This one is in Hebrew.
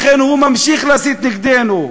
לכן הוא ממשיך להסית נגדנו.